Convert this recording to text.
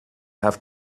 have